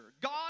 God